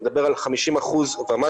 אני מדבר על 50% ומטה,